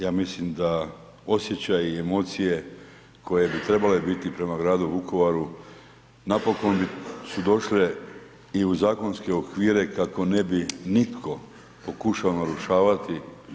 Ja mislim da osjećaji i emocije koje bi trebale biti prema gradu Vukovaru napokon su došle i u zakonske okvire kako ne bi nitko pokušao narušavati.